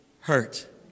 hurt